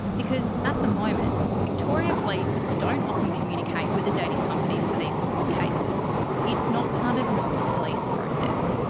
because at the moment, victoria police don't often communicate with the dating companies for these sorts of cases it's not part of normal police process.